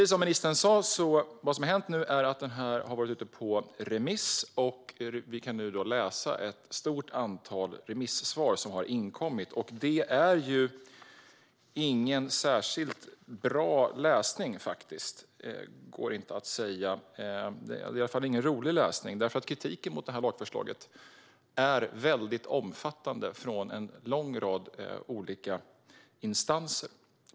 Som ministern sa har detta varit ute på remiss, och nu kan vi läsa ett stort antal remissvar som har inkommit. Det är faktiskt inte någon särskilt bra läsning. Det är i alla fall ingen rolig läsning, för kritiken mot lagförslaget är omfattande från en lång rad olika instanser.